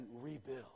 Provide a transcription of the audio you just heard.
rebuild